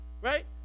right